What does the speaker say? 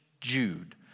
Jude